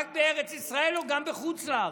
רק בארץ ישראל או גם בחוץ לארץ.